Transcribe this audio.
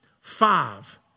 Five